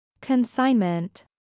Consignment